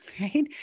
right